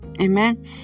Amen